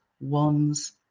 ones